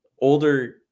older